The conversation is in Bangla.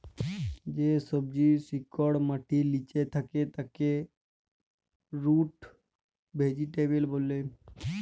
যে সবজির শিকড় মাটির লিচে থাক্যে তাকে রুট ভেজিটেবল ব্যলে